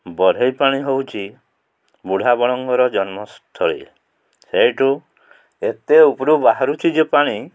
ବରେହି ପାଣି ହେଉଛି ବୁଢ଼ାବଳଙ୍ଗର ଜନ୍ମସ୍ଥଳୀ ସେଇଠୁ ଏତେ ଉପରୁ ବାହାରୁଛି ଯେ ପାଣି